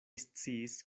sciis